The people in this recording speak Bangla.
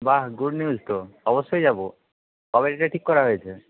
বা গুড নিউস তো অবশ্যই যাবো কবে থেকে ঠিক করা হয়েছে